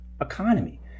economy